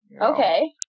Okay